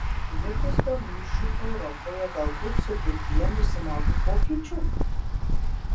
likus be mūšių europoje galbūt sudėtyje nusimato pokyčių